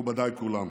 מכובדיי כולם,